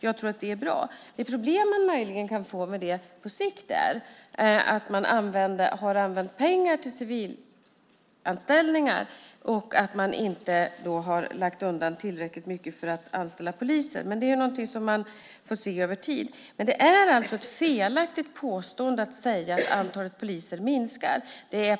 Jag tror att det är bra. De problem man på sikt möjligen kan få är att man använt pengar till civilanställningar och inte lagt undan tillräckligt mycket för att kunna anställa poliser. Men det är något som man får se över tid. Att säga att antalet poliser minskar är alltså ett felaktigt påstående.